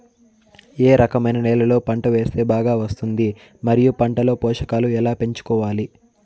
ఏ రకమైన నేలలో పంట వేస్తే బాగా వస్తుంది? మరియు పంట లో పోషకాలు ఎలా పెంచుకోవాలి?